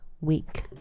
week